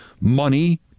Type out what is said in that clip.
money